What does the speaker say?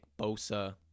Bosa